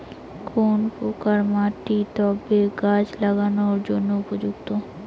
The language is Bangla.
কোন প্রকার মাটি টবে গাছ লাগানোর জন্য উপযুক্ত?